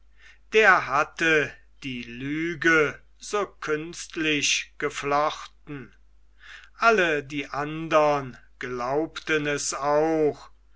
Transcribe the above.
der hatte die lüge so künstlich geflochten alle die andern glaubten es auch